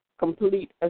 complete